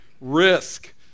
Risk